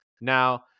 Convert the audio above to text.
Now